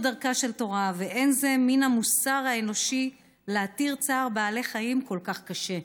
דרכה של תורה ואין זה מן המוסר האנושי להתיר צער בעלי חיים כל כך קשה.